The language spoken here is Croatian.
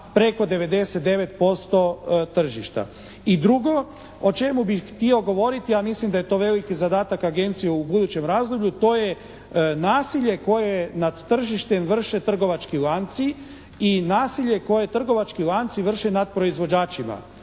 preko 99% tržišta. I drugo o čemu bih htio govoriti, a mislim da je to veliki zadatak Agencije u budućem razdoblju, to je nasilje koje nad tržištem vrše trgovački lanci i nasilje koje trgovački lanci vrše nad proizvođačima.